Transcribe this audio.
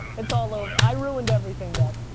it's all over, i ruined everything, dad.